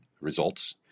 results